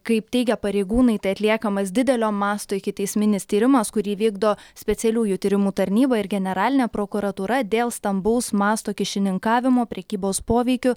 kaip teigia pareigūnai tai atliekamas didelio masto ikiteisminis tyrimas kurį vykdo specialiųjų tyrimų tarnyba ir generalinė prokuratūra dėl stambaus masto kyšininkavimo prekybos poveikiu